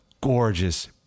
gorgeous